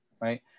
right